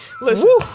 Listen